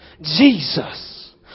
Jesus